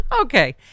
okay